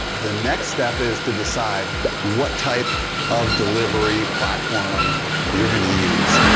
the next step is to decide what type of delivery platform you're gonna use.